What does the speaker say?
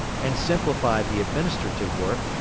and simplify the administrative work,